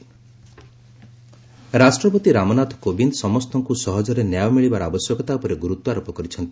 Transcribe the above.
ପ୍ରେଜ୍ ଜଷ୍ଟିସ୍ ରାଷ୍ଟ୍ରପତି ରାମନାଥ କୋବିନ୍ଦ ସମସ୍ତଙ୍କୁ ସହଜରେ ନ୍ୟାୟ ମିଳିବାର ଆବଶ୍ୟକତା ଉପରେ ଗୁରୁତ୍ୱାରୋପ କରିଛନ୍ତି